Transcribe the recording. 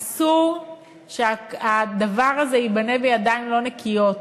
אסור שהדבר הזה ייבנה בידיים לא נקיות,